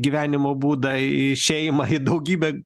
gyvenimo būdą į šeimą į daugybę